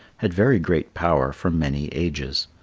had very great power for many ages.